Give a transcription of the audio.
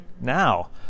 now